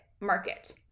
market